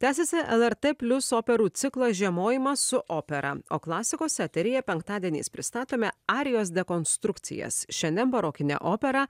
tęsiasi lrt plius operų ciklas žiemojimas su opera o klasikos eteryje penktadieniais pristatome arijos dekonstrukcijas šiandien barokinę operą